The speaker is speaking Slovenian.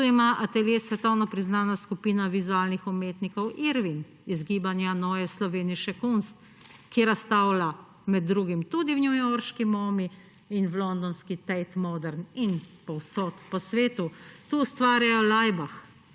Tu ima atelje svetovno priznana skupina vizualnih umetnikov IRWIN iz gibanja Neue Slovenische Kunst, ki razstavlja med drugim tudi v newyorški Momi in v londonski Tate Modern in povsod po svetu. Tu ustvarjajo Leibach,